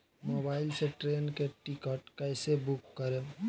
Mobile से train के ticket कैसे बूक करेम?